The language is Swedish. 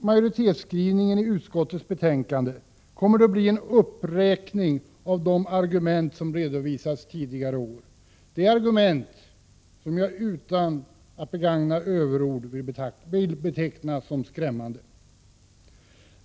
majoritetsskrivningen i utskottets betänkande, kommer det att bli en uppräkning av de argument som har redovisats tidigare år. Det är argument som jag, utan att begagna överord, vill beteckna som skrämmande.